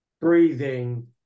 breathing